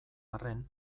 arren